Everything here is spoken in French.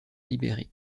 libéré